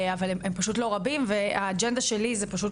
אבל הם פשוט לא רבים והאג'נדה שלי זה פשוט